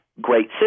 Great